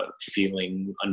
feeling